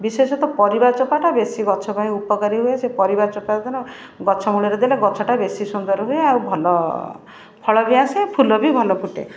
ବିଶେଷତ ପରିବା ଚୋପାଟା ବେଶି ଗଛ ପାଇଁ ଉପକାରୀ ହୁଏ ସେ ପରିବା ଚୋପା ଦ୍ୱାରା ଗଛ ମୂଳରେ ଦେଲେ ଗଛଟା ବେଶି ସୁନ୍ଦର ହୁଏ ଆଉ ଭଲ ଫଳ ବି ଆସେ ଫୁଲ ବି ଭଲ ଫୁଟେ